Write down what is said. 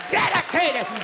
dedicated